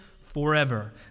forever